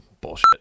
bullshit